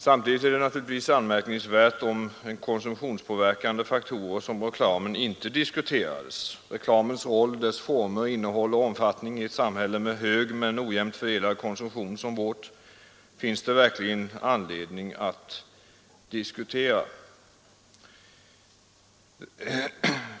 Samtidigt vore det naturligtvis anmärkningsvärt, om konsumtionspåverkande faktorer sådana som reklamen inte diskuterades. Reklamens roll, dess former, innehåll och omfattning i samhällen som vårt, med hög men ojämnt fördelad konsumtion, finns det verkligen anledning att diskutera.